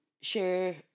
share